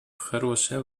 хорошая